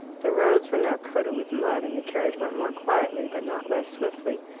the roads were now coated with mud, and the carriage went more quietly but not less swiftly,